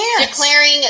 declaring